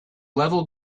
level